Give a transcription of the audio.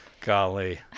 golly